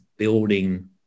building